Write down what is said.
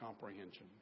comprehension